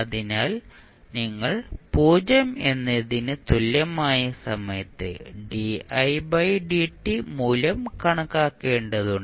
അതിനാൽ നിങ്ങൾ 0 എന്നതിന് തുല്യമായ സമയത്ത് മൂല്യം കണക്കാക്കേണ്ടതുണ്ട്